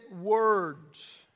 words